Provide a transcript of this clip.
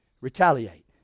Retaliate